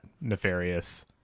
nefarious